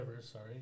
sorry